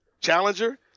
challenger